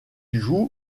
joue